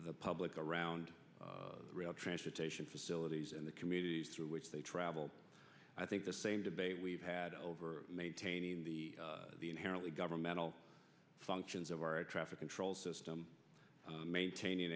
the public around rail transportation facilities and the communities through which they travel i think the same debate we've had over maintaining the the inherently governmental functions of our air traffic control system maintain